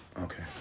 Okay